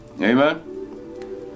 Amen